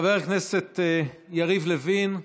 חבר הכנסת יריב לוין,